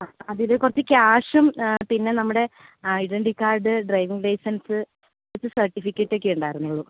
ആ അതിൽ കുറച്ച് ക്യാഷും പിന്നെ നമ്മുടെ ഐഡന്റിറ്റി കാർഡ് ഡ്രൈവിംഗ് ലൈസൻസ് കുറച്ച് സർട്ടിഫിക്കറ്റ് ഒക്കെ ഉണ്ടായിരുന്നുള്ളൂ